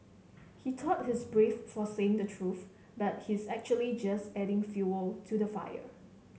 he thought he's brave for saying the truth but he's actually just adding fuel to the fire